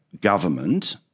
government